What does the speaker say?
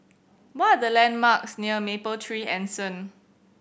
what are the landmarks near Mapletree Anson